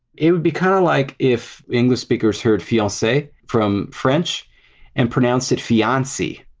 it would be kind of like if english speakers heard fiance from french and pronounced it fian-cie.